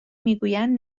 میگویند